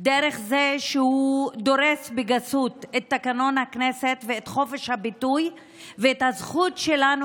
דרך זה שהוא דורס בגסות את תקנון הכנסת ואת חופש הביטוי ואת הזכות שלנו